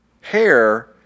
hair